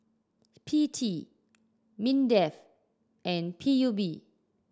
P T MINDEF and P U B